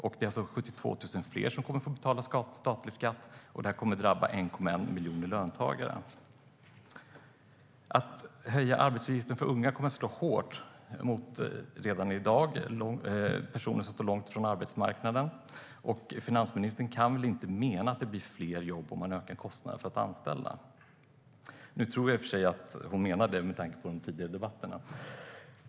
Det är alltså 72 000 fler som kommer att få betala statlig skatt, och det här kommer att drabba 1,1 miljoner löntagare. Att höja arbetsgivaravgifterna för unga kommer att slå hårt mot personer som redan i dag står långt från arbetsmarknaden. Finansministern kan väl inte mena att det blir fler jobb om man ökar kostnaderna för att anställa? Jag tror i och för sig att hon menar det med tanke på de tidigare debatterna.